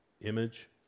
image